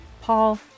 Paul